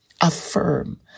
Affirm